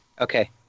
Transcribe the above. Okay